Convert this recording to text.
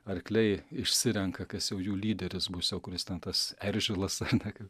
arkliai išsirenka kas jau jų lyderis bus jau kuris ten tas eržilas ane kad